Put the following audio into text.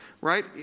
right